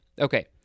okay